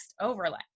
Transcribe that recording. overlay